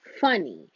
funny